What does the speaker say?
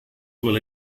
will